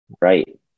Right